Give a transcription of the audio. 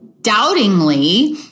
doubtingly